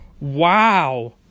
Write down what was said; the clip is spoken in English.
wow